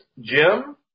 Jim